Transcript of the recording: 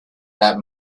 that